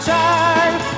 time